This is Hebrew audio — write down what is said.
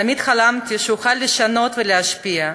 תמיד חלמתי שאוכל לשנות ולהשפיע.